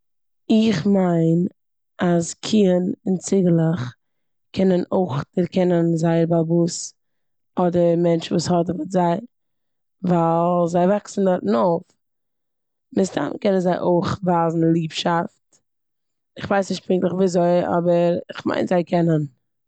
איך מיין אז קוען און ציגעלעך קענען אויך דערקענען זייער בעל הבית אדער מענטש וואס האדעוועט זיי ווייל זיי וואקסן דארטן אויף. מן הסתמא קענען זיי אויך ווייזן ליבשאפט. איך ווייס נישט פונקטליך וויאזוי אבער כ'מיין זיי קענען.